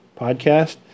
podcast